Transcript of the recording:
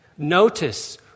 Notice